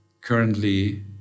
currently